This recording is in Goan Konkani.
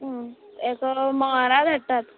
हेका मंगळारा धाडटात